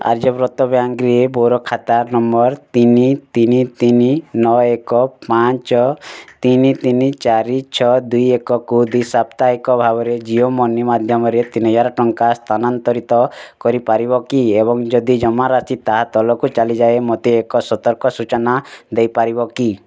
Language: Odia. ଆର୍ଯ୍ୟବ୍ରତ ବ୍ୟାଙ୍କ୍ ରେ ମୋର ଖାତା ନମ୍ବର୍ ତିନି ତିନି ତିନି ନଅ ଏକ ପାଞ୍ଚ ତିନି ତିନି ଚାରି ଛଅ ଦୁଇ ଏକକୁ ଦ୍ୱିସାପ୍ତାହିକ ଭାବରେ ଜିଓ ମନି ମାଧ୍ୟମରେ ତିନି ହଜାରେ ଟଙ୍କା ସ୍ଥାନାନ୍ତରିତ କରିପାରିବ କି ଏବଂ ଯଦି ଜମାରାଶି ତାହା ତଲକୁ ଚାଲିଯାଏ ମୋତେ ଏକ ସତର୍କ ସୂଚନା ଦେଇପାରିବ କି